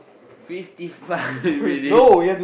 fifty five minutes